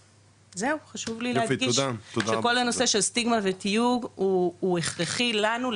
חשוב לי להדגיש שכל הנושא של סטיגמה ותיוג הוא הכרחי לנו,